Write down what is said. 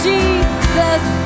Jesus